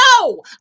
no